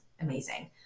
amazing